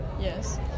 yes